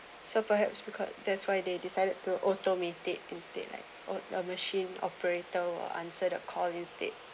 so perhaps because that's why they decided to automated instead like on your machine operator or answer a call instead